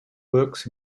works